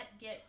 get